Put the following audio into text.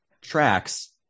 tracks